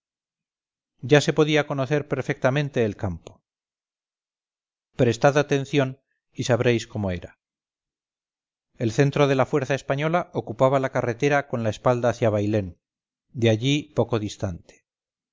ya se podía conocer perfectamente el campo prestad atención y sabréis cómo era el centro de la fuerza española ocupaba la carretera con la espalda hacia bailén de allí poco distante